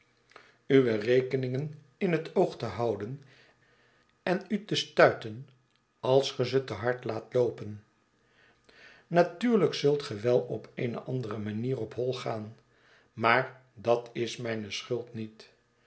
uwe rekeningen in het oog te houden en u te stuiten als ge ze te hard iaat loopen natuurlijk zult ge wel op eene of andere manier op hoi gaan maar dat is mijne schuld niet